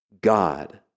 God